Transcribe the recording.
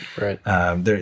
Right